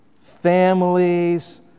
families